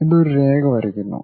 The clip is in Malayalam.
ഇത് ഒരു രേഖ വരയ്ക്കുന്നു